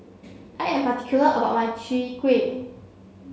I am particular about my Chwee Kueh